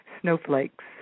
Snowflakes